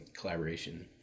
collaboration